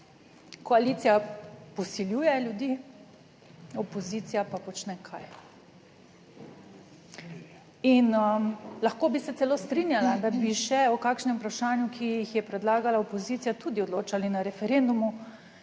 Koalicija posiljuje ljudi, opozicija pa počne kaj? In lahko bi se celo strinjala, da bi še o kakšnem vprašanju, ki jih je predlagala opozicija, tudi odločali na referendumu,